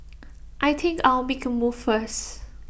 I think I'll make A move first